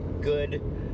good